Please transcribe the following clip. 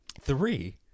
Three